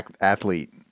athlete